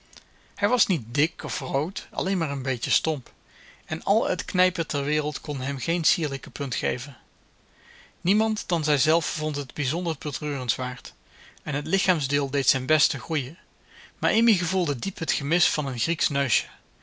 hij was niet dik of rood alleen maar een beetje stomp en al het knijpen ter wereld kon hem geen sierlijke punt geven niemand dan zij zelf vond het bizonder betreurenswaard en het lichaamsdeel deed zijn best te groeien maar amy gevoelde diep het gemis van een grieksch neusje